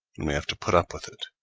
and we have to put up with it